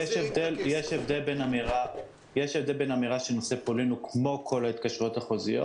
יש הבדל בין אמירה שנושא פולין הוא כמו כל ההתקשרויות החוזיות